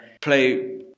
play